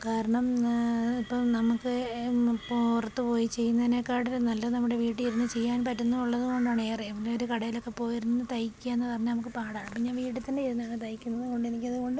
കാരണം ഇപ്പോള് നമ്മള്ക്ക് പുറത്തുപോയി ചെയ്യുന്നതിനെ കാട്ടിലും നല്ലത് നമ്മുടെ വീട്ടിൽ ഇരുന്ന് ചെയ്യാൻ പറ്റുന്ന് ഉള്ളതുകൊണ്ടാണ് ഏറെ വേറൊരു കടയിലൊക്കെ പോയിരുന്ന് തയ്ക്കാന്ന് പറഞ്ഞാല് നമ്മള്ക്ക് പാടാണ് പിന്നെ വീട്ടിൽ തന്നെ ഇരുന്നുള്ള തയ്ക്കുന്നത് കൊണ്ട് എനിക്കതുകൊണ്ട്